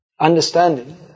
understanding